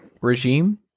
regime